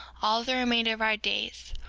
all the remainder of our days,